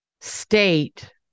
state